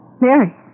Mary